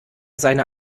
seine